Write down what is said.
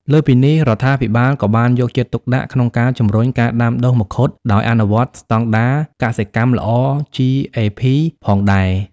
លើសពីនេះ រដ្ឋាភិបាលក៏បានយកចិត្តទុកដាក់ក្នុងការជំរុញការដាំដុះមង្ឃុតដោយអនុវត្តស្តង់ដារកសិកម្មល្អ GAP ផងដែរ។